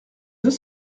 deux